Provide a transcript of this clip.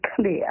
clear